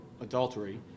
adultery